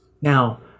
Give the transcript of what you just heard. Now